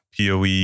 poe